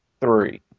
Three